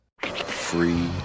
Free